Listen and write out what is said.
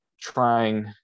trying